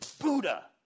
Buddha